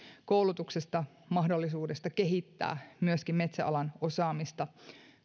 koulutuksesta ja mahdollisuudesta kehittää myöskin metsäalan osaamista